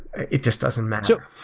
it just doesn't matter.